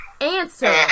answer